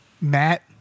Matt